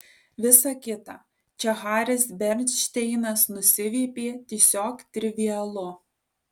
visa kita čia haris bernšteinas nusiviepė tiesiog trivialu